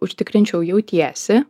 užtikrinčiau jautiesi